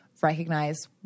recognize